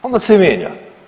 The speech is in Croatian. Onda se mijenja.